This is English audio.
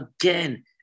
again